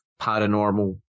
paranormal